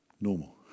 normal